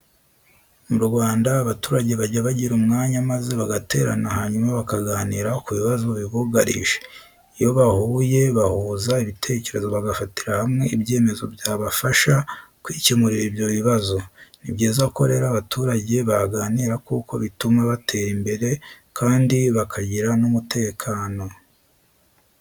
Mu Rwanda abaturage bajya bagira umwanya maze bagaterana hanyuma bakaganira ku bibazo bibugarije. Iyo bahuye bahuza ibitekerezo bagafatira hamwe ibyemezo byabafasha kwikemurira ibyo bibazo. Ni byiza ko rero abaturage baganira kuko bituma batera imbere kandi bakagira n'umutekano.